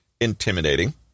intimidating